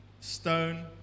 stone